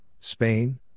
Spain